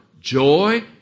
joy